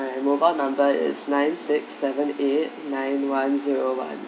and mobile number is nine six seven eight nine one zero one